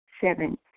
Seven